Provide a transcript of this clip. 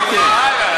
אוקיי.